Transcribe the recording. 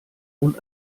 und